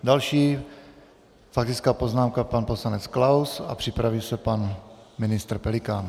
Další faktická poznámka pan poslanec Klaus a připraví se pan ministr Pelikán.